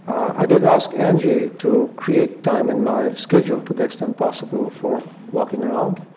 i did ask angie to create time in my schedule to the extent possible for walking around.